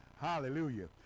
hallelujah